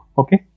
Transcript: okay